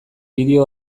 bideo